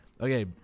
Okay